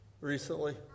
recently